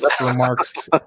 remarks